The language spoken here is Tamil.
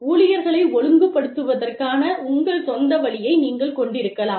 ஊழியர்களை ஒழுங்குபடுத்துவதற்கான உங்கள் சொந்த வழியை நீங்கள் கொண்டிருக்கலாம்